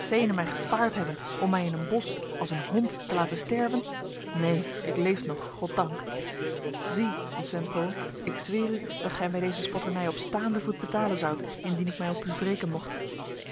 mij gespaard hebben om mij in een bos als een hond te laten sterven neen ik leef nog god dank zie de st pol ik zweer u dat gij mij deze spotternij op staande voet betalen zoudt indien ik mij op u wreken mocht